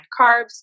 carbs